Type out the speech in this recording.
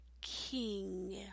king